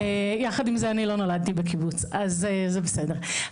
יחד עם זה אני לא נולדתי בקיבוץ, אז זה בסדר.